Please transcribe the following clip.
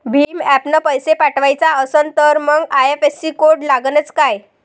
भीम ॲपनं पैसे पाठवायचा असन तर मंग आय.एफ.एस.सी कोड लागनच काय?